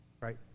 right